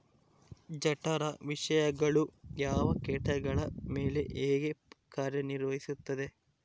ಜಠರ ವಿಷಯಗಳು ಯಾವ ಕೇಟಗಳ ಮೇಲೆ ಹೇಗೆ ಕಾರ್ಯ ನಿರ್ವಹಿಸುತ್ತದೆ?